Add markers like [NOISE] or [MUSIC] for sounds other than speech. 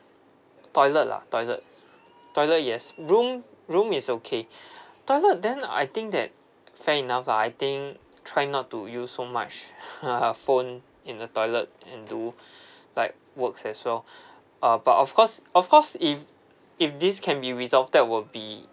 toilet lah toilet toilet yes room room is okay [BREATH] toilet then I think that fair enough lah I think trying not to use so much [LAUGHS] phone in the toilet and do [BREATH] like works as well [BREATH] uh but of course of course if if this can be resolve that will be